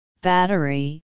battery